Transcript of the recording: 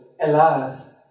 Alas